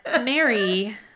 mary